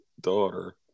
daughter